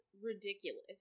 ridiculous